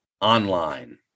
online